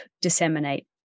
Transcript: disseminate